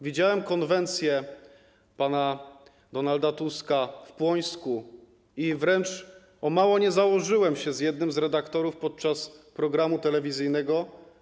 Widziałem konwencję pana Donalda Tuska w Płońsku i wręcz o mało nie założyłem się z jednym z redaktorów podczas programu telewizyjnego.